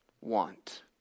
want